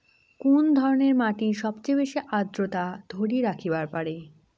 কুন ধরনের মাটি সবচেয়ে বেশি আর্দ্রতা ধরি রাখিবার পারে?